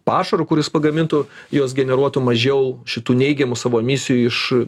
pašaru kuris pagamintų jos generuotų mažiau šitų neigiamų savo emisijų iš